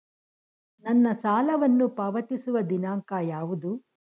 ನನ್ನ ಸಾಲವನ್ನು ಪಾವತಿಸುವ ದಿನಾಂಕ ಯಾವುದು?